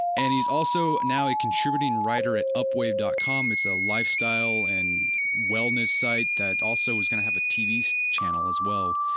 and he's also now a contributing writer at upwave dot com. it's a lifestyle and wellness site that also was going to have a tv channel as well.